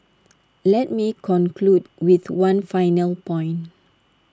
let me conclude with one final point